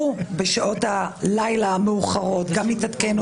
בשעות הלילה המאוחרות מתעדכן,